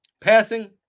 passing